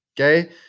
Okay